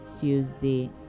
Tuesday